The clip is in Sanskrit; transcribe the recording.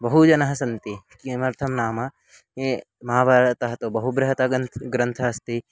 बहुजनाः सन्ति किमर्थं नाम महाभारतं तु बहुबृहन् ग्रन्थः ग्रन्थः अस्ति